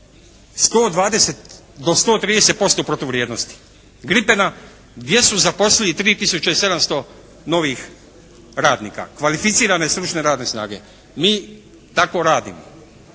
120 do 130% protuvrijednosti gripena gdje su zaposlili 3 tisuće i 700 novih radnika, kvalificirane stručne radne snage. Mi tako radimo.